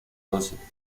doce